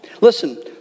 Listen